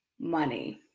money